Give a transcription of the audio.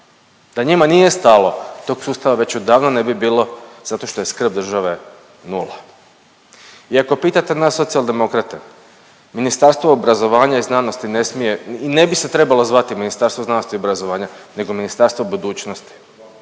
da njima nije stalo tog sustava već odavno ne bi bilo zato što je skrb države nula. I ako pitate nas Socijaldemokrate, Ministarstvo obrazovanja i znanosti ne smije i ne bi se trebalo zvati Ministarstvo znanosti i obrazovanja nego Ministarstvo budućnosti.